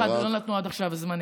שלאף אחד לא נתנו עד עכשיו זמנים.